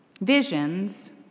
Visions